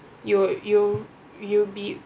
you you'll you'll be